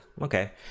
Okay